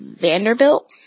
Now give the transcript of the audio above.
Vanderbilt